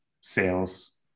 sales